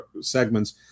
segments